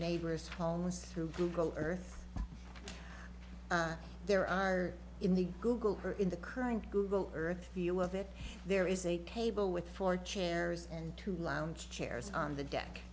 neighbor's homes through google earth there are in the google or in the current google earth view of it there is a table with four chairs and two lounge chairs on the deck